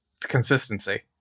Consistency